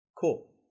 Cool